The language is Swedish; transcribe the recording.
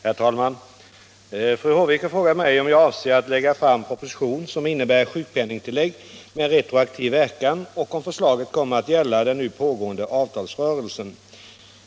Herr talman! Fru Håvik har frågat mig om jag avser att lägga fram propositionen som innebär sjukpenningtillägg med retroaktiv verkan och om förslaget kommer att gälla den nu pågående avtalsrörelsen.